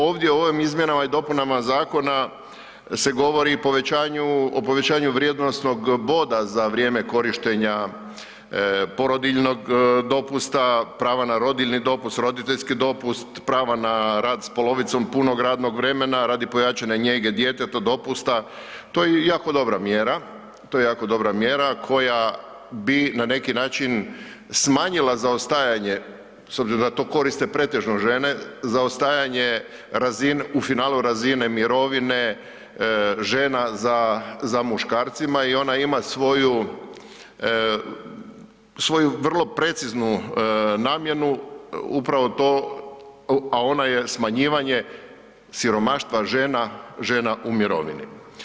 Ovdje u ovim izmjenama i dopunama zakona se govori povećanju, o povećanju vrijednosnog boda za vrijeme korištenja porodiljnog dopusta, prava na rodiljni dopust, roditeljski dopust, prava na rad s polovicom punog radnog vremena radi pojačane njege djetetovog dopusta, to je jako dobra mjera, to je jako dobra mjera koja bi na neki način smanjila zaostajanje s obzirom da to koriste pretežno žene, zaostajanje u finalu razine mirovine žena za, za muškarcima i ona ima svoju, svoju vrlo preciznu namjenu, upravo to, a ona je smanjivanje siromaštva žena, žena u mirovini.